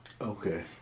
Okay